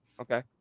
okay